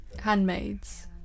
handmaids